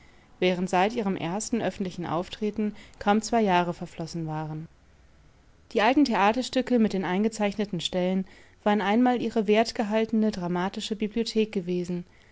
während seit ihrem ersten öffentlichenauftretenkaumzweijahreverflossenwaren die alten theaterstücke mit den eingezeichneten stellen waren einmal ihre wertgehaltene dramatische bibliothek gewesen